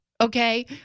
Okay